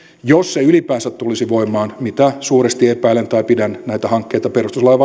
jos se ylipäänsä tulisi voimaan mitä suuresti epäilen tai pidän näitä hankkeita perustuslain